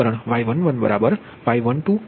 તેથી Y11y12y13y10